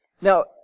Now